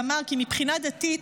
ואמר כי מבחינה דתית,